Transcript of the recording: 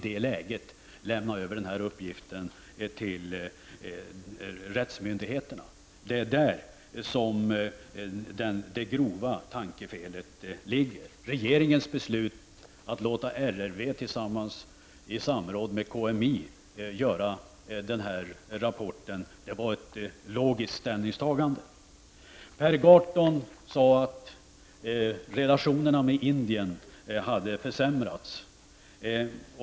Det är där som det grova tankefelet ligger. Regeringens beslut att låta RRV i samråd med KMI göra rapporten var ett logiskt ställningstagande. Per Gahrton sade att relationerna med Indien försämrats.